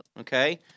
okay